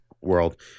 world